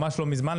ממש לא מזמן,